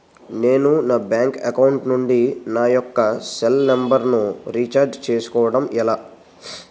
నేను నా bank account నుంచి నా యెక్క సెల్ ఫోన్ నంబర్ కు రీఛార్జ్ చేసుకోవడం ఎలా?